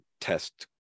test